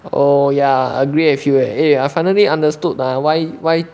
oh yeah I agree with you eh I finally understood ah why why